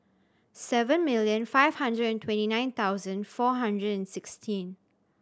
seven million five hundred and twenty nine thousand four hundred and sixteen